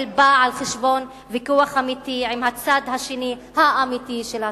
בא על-חשבון ויכוח אמיתי עם הצד השני האמיתי של הסכסוך.